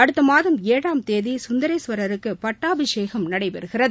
அடுத்த மாதம் ஏழாம் தேதி சுந்ரேஸ்வரருக்கு பட்டாபிஷேகம் நடைபெறுகிறது